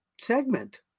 segment